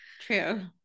true